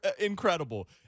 Incredible